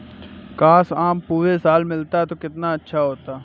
काश, आम पूरे साल मिलता तो कितना अच्छा होता